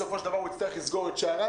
בסופו של דבר הוא יצטרך לסגור את שעריו,